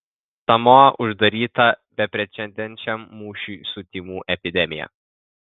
samoa uždaryta beprecedenčiam mūšiui su tymų epidemija